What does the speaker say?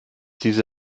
diese